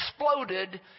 exploded